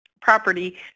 property